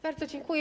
Bardzo dziękuję.